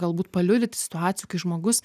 galbūt paliudyti situacijų kai žmogus